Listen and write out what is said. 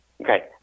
Okay